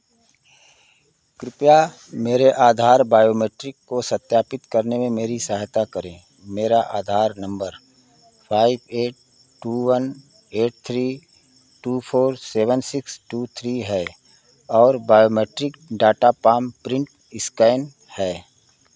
कृपया मेरे आधार बायोमैट्रिक को सत्यापित करने में मेरी सहायता करें मेरा Aadhaar number five eight two one eight three two four seven six two three है और biometric data palm print scan है